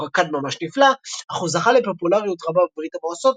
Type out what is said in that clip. רקד ממש נפלא!" – אך הוא זכה לפופולריות רבה בברית המועצות,